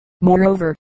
Moreover